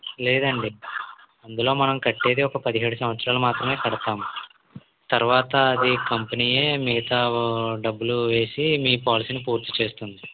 లేదండి అందులో మనం కట్టేది ఒక పదిహేడు సంవత్సరాలు మాత్రమే కడతాము తరువాత అది కంపెనీయే మిగతా డబ్బులు వేసి మీ పాలసీని పూర్తి చేస్తుంది